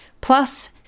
Plus